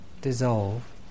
dissolve